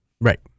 Right